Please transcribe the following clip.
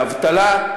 באבטלה,